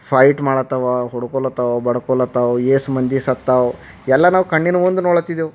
fight ಮಾಡತ್ತವ ಹೊಡ್ಕೊಳ್ಳತ್ತವ ಬಡ್ಕೊಳ್ಳತ್ತವ ಏಸು ಮಂದಿ ಸತ್ತಾವ ಎಲ್ಲ ನಾವು ಕಣ್ಣಿನ ಮುಂದೆ ನೋಡ್ಲತ್ತಿದ್ದೆವು